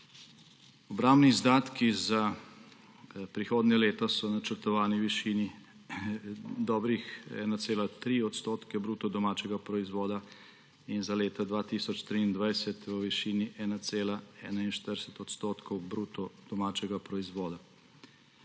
Obrambni izdatki za prihodnje leto so načrtovani v višini 1,3 % bruto domačega proizvoda in za leto 2023 v višini 1,41 % bruto domačega proizvoda.